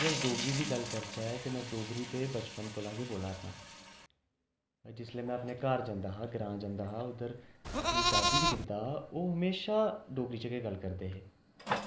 जे अस डोगरी दी गल्ल करचै ते में डोगरी ते बचपन कोला के बोला रना ते जिसलै में अपने घर जंदा हा ग्रांऽ जंदा हा उद्दर अपनी दादी गी दिखदा हा ओह् म्हेशां डोगरी च गै गल्ल करदे हे